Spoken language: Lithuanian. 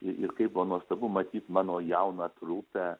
ir ir kaip buvo nuostabu matyt mano jauną trupę